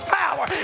power